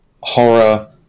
horror